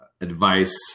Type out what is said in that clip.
advice